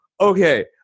Okay